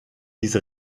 diese